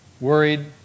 worried